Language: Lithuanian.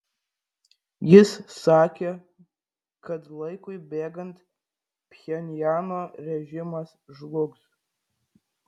jis sakė kad laikui bėgant pchenjano režimas žlugs